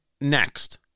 next